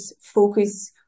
focus